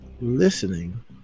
listening